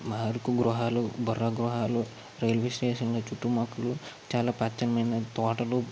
మా అరుకు గృహాలు బుర్ర గృహాలు రైల్వేస్టేషన్ల చుట్టూ మాకు చాలా పచ్చమైన తోటలు